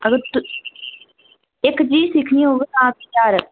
अगर इक चीज सिक्खनी होग तां ज्हार